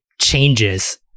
changes